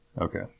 Okay